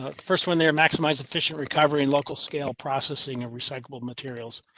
ah first, one there, maximize efficient recovery, and local scale processing, a recycled materials.